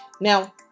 Now